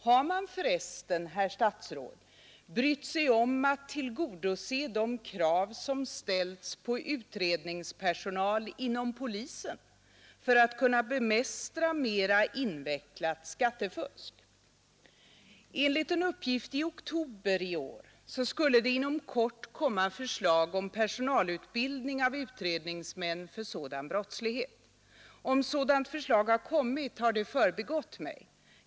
Har man för resten, herr statsråd, brytt sig om att tillgodose de krav, som ställts på utredningspersonal inom polisen för att kunna bemästra mera invecklat skattefusk? Enligt en uppgift i oktober i år skulle inom kort komma förslag om personalutbildning av utredningsmän för sådan brottslighet. Om sådant förslag kommit har det förbigått mig.